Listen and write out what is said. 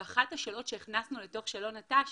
ואחת השאלות שהכנסנו לתוך שאלון תנאי השירות,